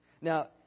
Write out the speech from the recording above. Now